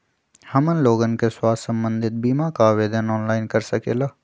हमन लोगन के स्वास्थ्य संबंधित बिमा का आवेदन ऑनलाइन कर सकेला?